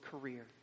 career